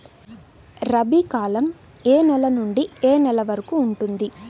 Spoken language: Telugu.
రబీ కాలం ఏ నెల నుండి ఏ నెల వరకు ఉంటుంది?